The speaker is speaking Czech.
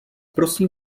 prosím